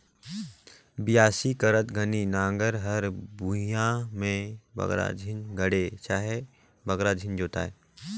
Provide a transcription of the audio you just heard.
बियासी करत घनी नांगर हर भुईया मे बगरा झिन गड़े चहे बगरा झिन जोताए